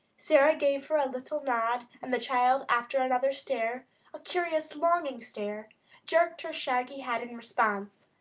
sara gave her a little nod, and the child, after another stare a curious, longing stare jerked her shaggy head in response,